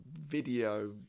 video